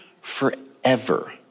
forever